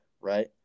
right